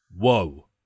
Whoa